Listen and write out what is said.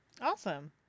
Awesome